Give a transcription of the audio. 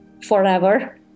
forever